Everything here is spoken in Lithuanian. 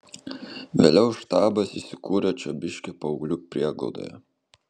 vėliau štabas įsikuria čiobiškio paauglių prieglaudoje